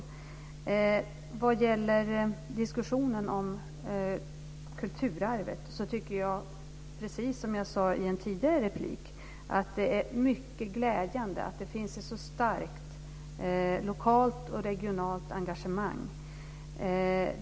När det gäller diskussionen om kulturarvet tycker jag, precis som jag sade i en tidigare replik, att det är mycket glädjande att det finns ett så starkt lokalt och regionalt engagemang.